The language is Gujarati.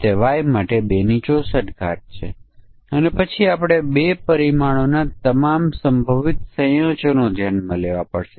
ચાલો કહીએ કે આપણી પાસે એક ફંકશન છે જે બે પરિમાણો વય અને શિક્ષણનાં વર્ષો લે છે